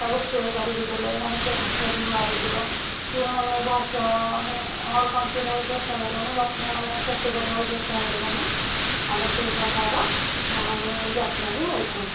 ତାକୁ ସ୍ପ୍ରେ କରିକି ଦେଲେ ମାନେ ସେ ଘାସବି ମରିଯିବ କି ମାନେ ଘାସ ଆଉ କମସେ କମ ଚେଷ୍ଟା କରିବନି ଗଛର ମାନେ କ୍ଷତି କରିବାକୁ ଚେଷ୍ଟା କରିବନି ଆମେ ସେଇ ପ୍ରକାରର ମାନେ ଯତ୍ନ ବି ନେଇଥାଉ